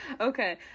Okay